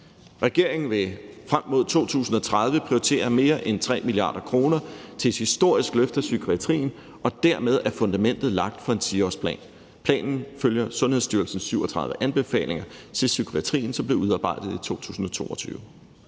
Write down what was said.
Regeringen vil frem mod 2030 prioritere mere end 3 mia. kr. til et historisk løft af psykiatrien, og dermed er fundamentet for en 10-årsplan lagt. Planen følger Sundhedsstyrelsens 37 anbefalinger til psykiatrien, som blev udarbejdet i 2022.